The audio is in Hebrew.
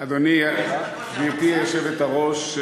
גברתי היושבת-ראש,